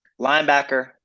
linebacker